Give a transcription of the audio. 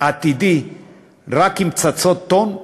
עתידי רק עם פצצות טון?